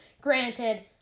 granted